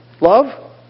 love